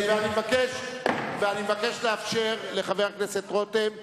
אני מבקש לאפשר לחבר הכנסת רותם לדבר.